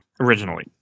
originally